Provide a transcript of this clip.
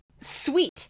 Sweet